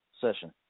session